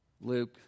Luke